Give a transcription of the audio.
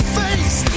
face